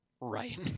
right